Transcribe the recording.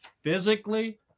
physically